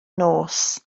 nos